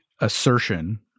assertion